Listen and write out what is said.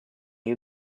you